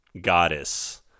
goddess